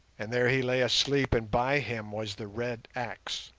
and there he lay asleep and by him was the red axe.